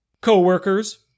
co-workers